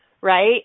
right